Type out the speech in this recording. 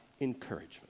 encouragement